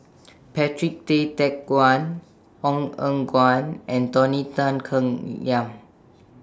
Patrick Tay Teck Guan Ong Eng Guan and Tony Tan Keng Yam